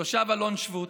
תושב אלון שבות,